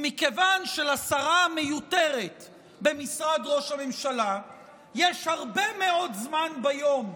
מכיוון שלשרה המיותרת במשרד ראש הממשלה יש הרבה מאוד זמן ביום,